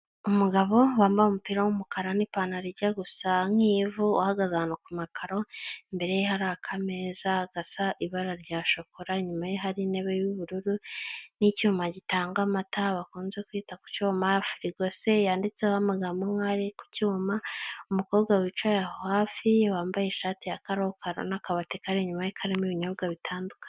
Umugabo wambaye umupira w'umukara n'ipantaro ijya gusa nk'ivu uhagaze ahantu ku makaro imbere ye hari akamezagasa ibara rya shokora, inyuma ye hari intebe yuubururu n'icyuma gitanga amata bakunze kwita ku cyuma, firigo seyanditseho amagambo nk'ayari ku cyuma, umukobwa wicaye hafi wambaye ishati ya karokaro n'akabati kari inyuma ye karimo ibinyobwa bitandukanye.